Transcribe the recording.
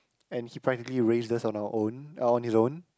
and he practically raised us on our own or on his own